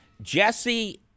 Jesse